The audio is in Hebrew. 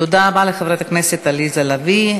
תודה רבה לחברת הכנסת עליזה לביא.